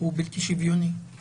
זה ערך השוויון של